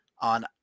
on